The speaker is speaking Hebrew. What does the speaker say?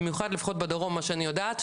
במיוחד לפחות בדרום מה שאני יודעת,